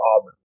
Auburn